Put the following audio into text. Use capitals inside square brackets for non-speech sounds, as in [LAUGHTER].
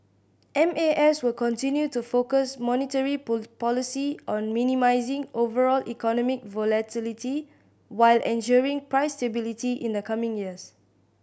M A S will continue to focus monetary [UNINTELLIGIBLE] policy on minimising overall economic volatility while ensuring price stability in the coming years